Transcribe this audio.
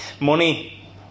money